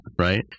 right